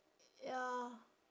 ya